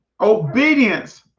Obedience